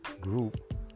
group